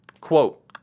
Quote